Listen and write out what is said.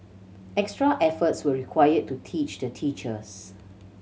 extra efforts were required to teach the teachers